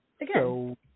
again